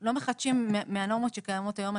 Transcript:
לא מחדשים מהנורמות שקיימות היום.